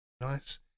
nice